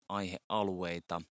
aihealueita